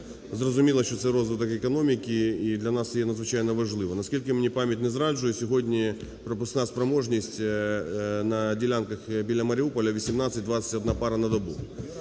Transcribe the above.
Зрозуміло, що це розвиток економіки, і для нас це є надзвичайно важливо. Наскільки мені пам'ять не зраджує, сьогодні пропускна спроможність на ділянках біля Маріуполя 18-21 пара на добу.